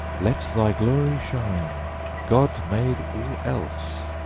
let thy glory shine god made all else,